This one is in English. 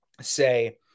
say